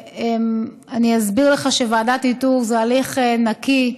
אני אסביר לך שוועדת איתור זה הליך נקי,